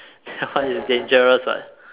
it's dangerous [what]